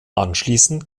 anschließend